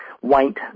white